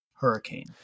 hurricane